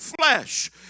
flesh